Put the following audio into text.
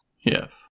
Yes